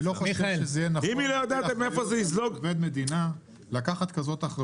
אני לא חושב שיהיה נכון לתת לעובד מדינה לקחת אחריות כזאת.